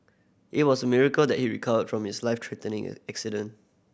it was a miracle that he recovered from his life threatening accident